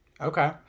Okay